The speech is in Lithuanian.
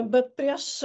bet prieš